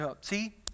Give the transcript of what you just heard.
see